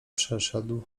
przeszedł